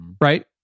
right